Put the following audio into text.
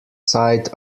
side